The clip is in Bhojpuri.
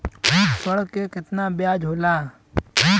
ऋण के कितना ब्याज होला?